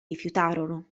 rifiutarono